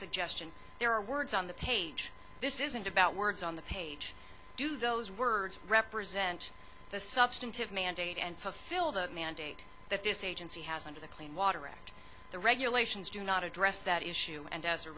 suggestion there are words on the page this isn't about words on the page do those words represent the substantive mandate and fulfill the mandate that this agency has under the clean water act the regulations do not address that issue and as a